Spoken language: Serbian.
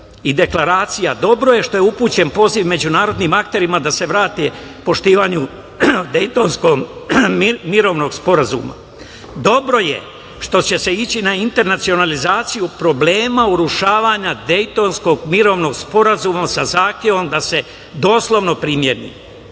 i deklaracija, dobro je što je upućen poziv međunarodnim akterima da se vrati poštovanju Dejtonskog mirovnog sporazuma. Dobro je što će se ići na internacionalizaciju problema urušavanja Dejtonskog mirovnog sporazuma sa zahtevom da se doslovno primeni.